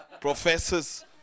professors